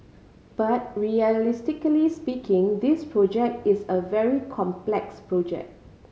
but realistically speaking this project is a very complex project